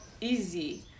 easy